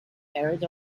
married